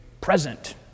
present